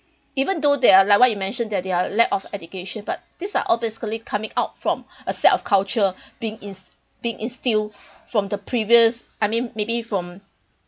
even though they are like what you mentioned that they are lack of education but these are all basically coming out from a set of culture being ins~ being instill from the previous I mean maybe from